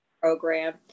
program